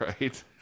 Right